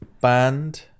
band